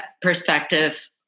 perspective